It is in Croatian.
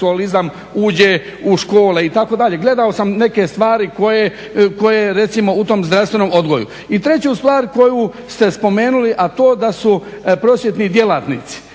uđe u škole itd. Gledao sam neke stvari koje recimo u tom zdravstvenom odgoju. I treću stvar koju ste spomenuli, a to da su prosvjetni djelatnici,